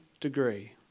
degree